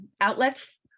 outlets